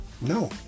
No